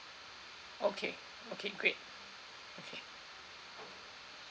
okay okay great okay